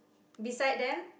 beside them